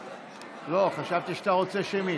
לא, אנחנו לא רוצים שמית.